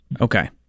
Okay